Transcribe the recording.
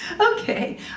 okay